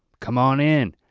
come on in,